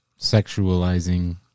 sexualizing